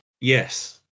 Yes